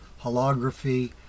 holography